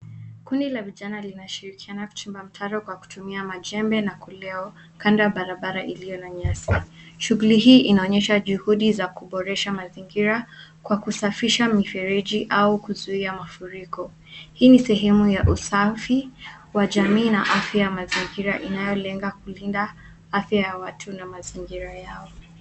Kundi la vijana linashirikiana kichimba mitaro kwa kutumia majembe na koleo, kando ya barabara iliyo na nyasi. Shughuli hii inaonyesha juhudi za kuboresha mazingira, kwa kusafisha mifereji au kuzuia mafuriko. Hii ni sehemu ya usafi wa jamii, na afya ya mazingira inayolenga kulinda afya ya watu na mazingira yao.